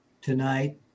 tonight